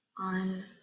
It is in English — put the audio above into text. on